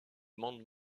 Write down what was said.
monde